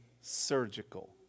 surgical